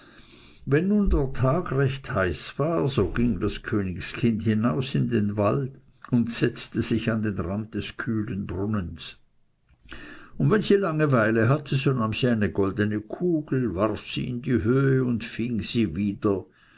wenn nun der tag sehr heiß war so ging das königskind hinaus in den wald und setzte sich an den rand des kühlen brunnens und wenn sie langeweile hatte so nahm sie eine goldene kugel warf sie in die höhe und fing sie wieder